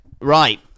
right